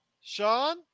Sean